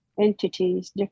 entities